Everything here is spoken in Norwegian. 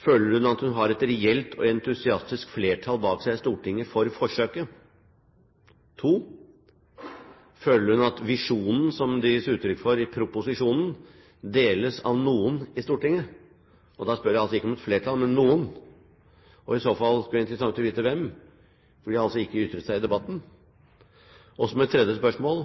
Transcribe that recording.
Føler hun at hun har et reelt og entusiastisk flertall bak seg i Stortinget for forsøket? Det andre: Føler hun at visjonen som det gis uttrykk for i proposisjonen, deles av noen i Stortinget? Og da spør jeg altså ikke om et flertall, men noen. I så fall blir det interessant å vite hvem, for de har ikke ytret seg i debatten. Og som et tredje spørsmål,